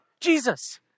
Jesus